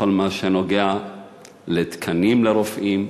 בכל מה שנוגע לתקנים לרופאים,